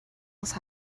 else